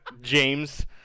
James